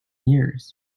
years